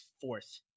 fourth